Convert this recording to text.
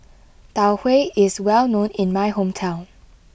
Tau Huay is well known in my hometown